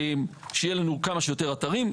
שיהיה לנו כמה שיותר אתרים.